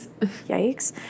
Yikes